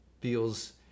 feels